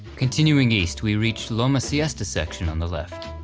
continuing east we reach loma siesta section on the left.